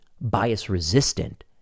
bias-resistant